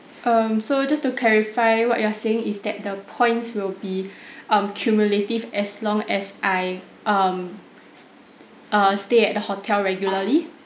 um so just to clarify what you are saying is that the points will be um cumulative as long as I um err stay at the hotel regularly